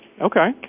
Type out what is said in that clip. Okay